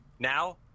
Now